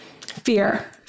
fear